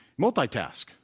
multitask